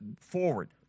forward